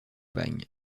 bagne